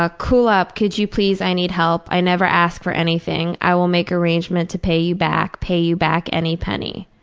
ah kulap, can you please? i need help. i never ask for anything. i will make arrangements to pay you back. pay back any penny.